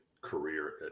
career